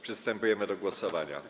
Przystępujemy do głosowania.